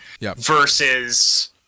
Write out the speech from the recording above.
versus